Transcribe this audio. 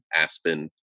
Aspen